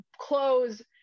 clothes